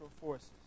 forces